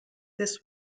this